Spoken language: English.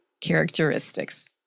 characteristics